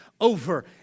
over